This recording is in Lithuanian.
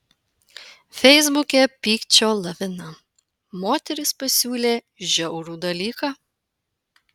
feisbuke pykčio lavina moteris pasiūlė žiaurų dalyką